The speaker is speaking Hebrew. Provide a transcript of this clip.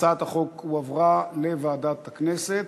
הצעת החוק הועברה לוועדת הכנסת